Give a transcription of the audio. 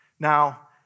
Now